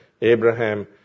Abraham